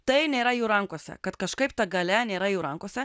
tai nėra jų rankose kad kažkaip ta galia nėra jų rankose